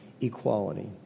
equality